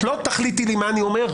את לא תחליטי לי מה אני אומר,